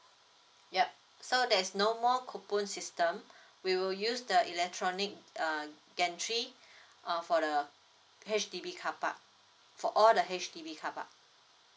yup so there's no more coupon system we will use the electronic uh entry uh for the H_D_B carpark for all the H_D_B carpark